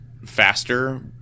Faster